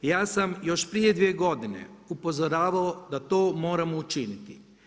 Ja sam još prije 2 godine upozoravao da to moramo učiniti.